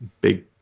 big